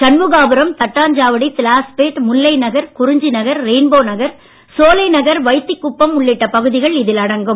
Shanmugapuram Thattanchavadi Lawspet Mullai Nagar Kurinjinagar rainbow Nagar Solai Nagar Vaithikuppam உள்ளிட்ட பகுதிகள் இதில் அடங்கும்